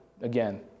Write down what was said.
Again